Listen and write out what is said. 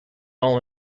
all